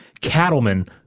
cattlemen